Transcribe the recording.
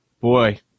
boy